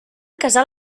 casal